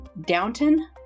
Downton